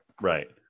Right